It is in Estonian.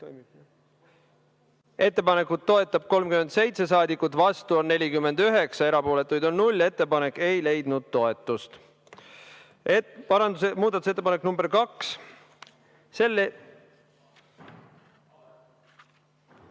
Ettepanekut toetab 37 saadikut, vastu on 49, erapooletuid on null. Ettepanek ei leidnud toetust. Muudatusettepanek nr 2.